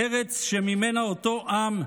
ארץ שממנה אותו עם,